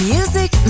Music